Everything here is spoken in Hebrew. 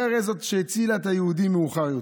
הרי היא שהצילה את היהודים מאוחר יותר.